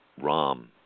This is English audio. ROM